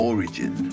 Origin